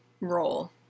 role